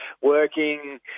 working